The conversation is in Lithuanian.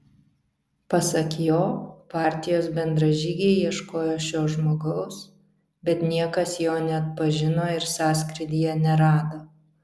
pasak jo partijos bendražygiai ieškojo šio žmogaus bet niekas jo neatpažino ir sąskrydyje nerado